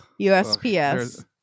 USPS